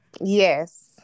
Yes